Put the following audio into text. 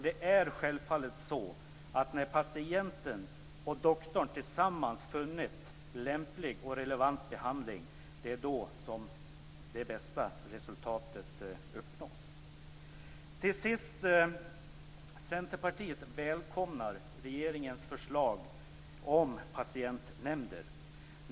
Det är självfallet när patienten och doktorn tillsammans funnit lämplig och relevant behandling som det bästa resultatet uppnås. Till sist vill jag säga att Centerpartiet välkomnar regeringens förslag om patientnämnder.